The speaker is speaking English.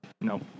No